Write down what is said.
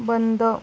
बंद